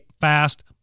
Fast